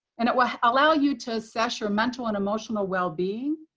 and it will allow you to assess your mental and emotional well-being,